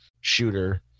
shooter